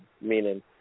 meaning